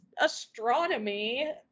astronomy